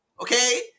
Okay